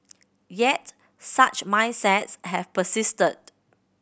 yet such mindsets have persisted